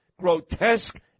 grotesque